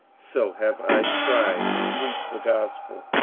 so have i strived to preach the gospel,